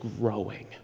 growing